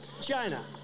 China